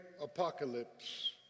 apocalypse